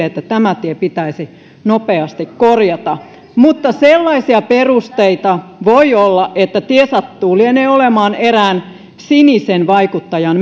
että tämä tie pitäisi nopeasti korjata mutta sellaisia perusteita voi olla että tie sattuu lienee olemaan erään sinisen vaikuttajan